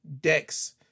decks